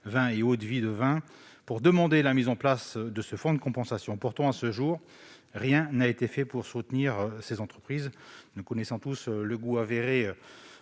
vin et eau-de-vie de vin pour demander la mise en place d'un tel fonds. Pourtant, à ce jour, rien n'a été fait pour soutenir ces entreprises. Nous connaissons tous le goût